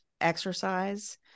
exercise